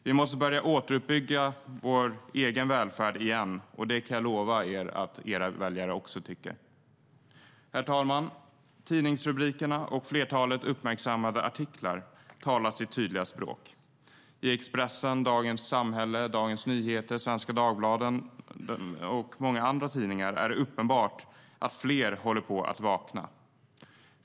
Vi måste börja återuppbygga vår egen välfärd igen, och det kan jag lova er att era väljare också tycker. Herr talman! Tidningsrubrikerna och flertalet uppmärksammade artiklar talar sitt tydliga språk. I Expressen, Dagens Samhälle, Dagens Nyheter, Svenska Dagbladet och många andra tidningar är det uppenbart att fler håller på att vakna.